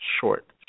short